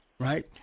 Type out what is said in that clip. Right